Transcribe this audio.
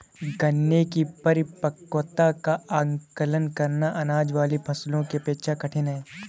गन्ने की परिपक्वता का आंकलन करना, अनाज वाली फसलों की अपेक्षा कठिन है